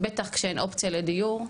בטח כשאין אופציה לדיור,